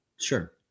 Sure